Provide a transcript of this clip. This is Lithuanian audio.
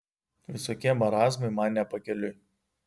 visokie marazmai man ne pakeliui